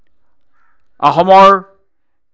অসমৰ